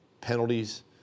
penalties